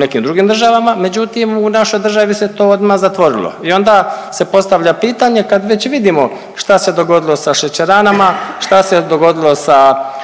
nekim drugim državama, međutim u našoj državi se to odma zatvorilo. I onda se postavlja pitanje kad već vidimo šta se dogodilo sa šećeranama, šta se dogodilo sa